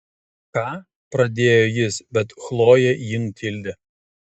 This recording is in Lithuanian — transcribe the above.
ką pradėjo jis bet chlojė jį nutildė